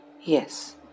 Yes